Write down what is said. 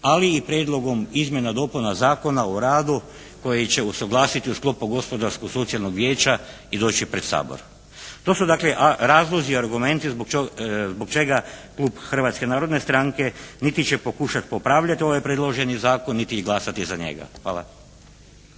ali i prijedlogom izmjena i dopuna Zakona o radu koji će usuglasiti u sklopu Gospodarsko-socijalnog vijeća i doći pred Sabor. To su dakle razlozi i argumenti zbog čega klub Hrvatske narodne stranke niti će pokušati popravljat ovaj predloženi zakon niti glasati za njega. Hvala.